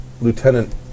Lieutenant